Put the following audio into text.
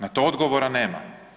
Na to odgovora nema?